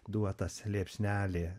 duotas liepsnelė